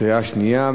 קריאה שנייה,